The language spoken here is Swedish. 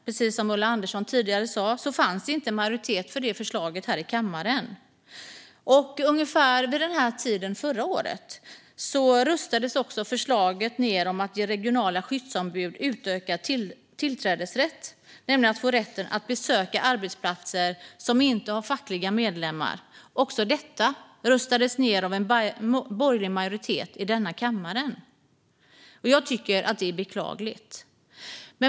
Precis som Ulla Andersson tidigare sa fanns det tyvärr inte majoritet för detta förslag här i kammaren. Ungefär vid den här tiden förra året röstades det om förslaget att ge regionala skyddsombud utökad tillträdesrätt. Förslagen gällde att de skulle få rätt att besöka arbetsplatser som inte har fackliga medlemmar. Också detta röstades ned av en borgerlig majoritet i denna kammare. Jag tycker att det är beklagligt.